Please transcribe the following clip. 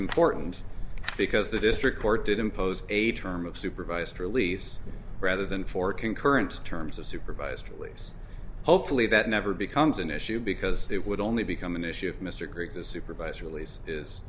important because the district court did impose a term of supervised release rather than four concurrent terms of supervised release hopefully that never becomes an issue because it would only become an issue of mr griggs a supervisor a lease is